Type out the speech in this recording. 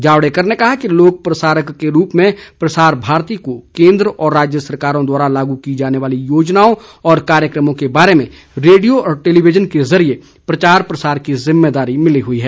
जावड़ेकर ने कहा कि लोक प्रसारक के रूप में प्रसार भारती को केन्द्र और राज्य सरकारों द्वारा लागू की जाने वाली योजनाओं व कार्यक्रमों के बारे में रेडियो और टेलिविजन के जरिये प्रचार प्रसार की जिम्मेदारी मिली हुई है